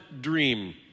dream